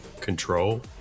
control